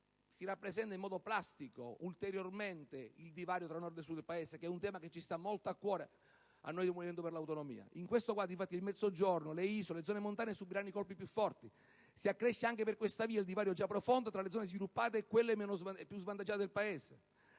si rappresenta in modo plastico, ulteriormente, il divario tra Nord e Sud del Paese, che è un tema che sta molto a cuore a noi del Movimento per le Autonomie. In questo quadro, infatti, il Mezzogiorno sicuramente, le isole e le zone montane subiranno i colpi più forti. Si accresce, anche per questa via, il divario già profondo tra le zone sviluppate e le zone svantaggiate del nostro